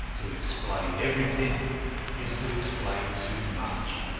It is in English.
to explain everything is to explain too much.